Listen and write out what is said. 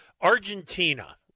Argentina